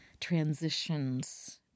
transitions